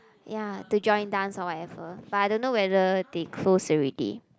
ya to join dance or whatever but I don't know whether they close already